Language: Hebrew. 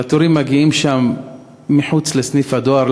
והתורים שם מגיעים אל מחוץ לסניף הדואר,